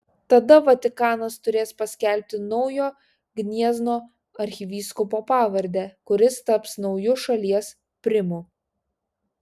tada vatikanas turės paskelbti naujo gniezno arkivyskupo pavardę kuris taps nauju šalies primu